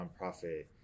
nonprofit